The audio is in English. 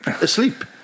asleep